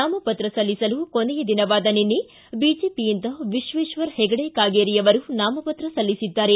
ನಾಮಪತ್ರ ಸಲ್ಲಿಸಲು ಕೊನೆಯ ದಿನವಾದ ನಿನ್ನೆ ಬಿಜೆಪಿಯಿಂದ ವಿಶ್ವೇಶ್ವರ ಹೆಗಡೆ ಕಾಗೇರಿ ಅವರು ನಾಮಪತ್ರ ಸಲ್ಲಿಸಿದ್ದಾರೆ